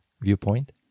viewpoint